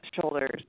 shoulders